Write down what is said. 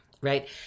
right